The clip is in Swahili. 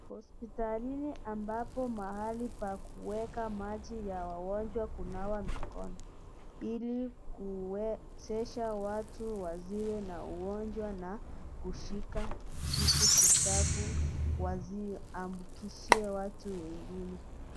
Hospitalini ambapo mahali pa kuweka maji ya wagonjwa kunawa mikono ili kuwezesha watu wasiwe na ugonjwa na kushika vitu vichafu wasiambukizie watu wengine.